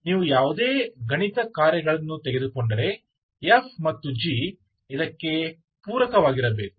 ನೀವು ಯಾವುದೇ ಗಣಿತ ಕಾರ್ಯಗಳನ್ನು ತೆಗೆದುಕೊಂಡರೆ f ಮತ್ತು g ಇದಕ್ಕೆ ಪೂರಕವಾಗಿರಬೇಕು